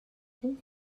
اون